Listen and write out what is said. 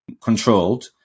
controlled